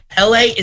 LA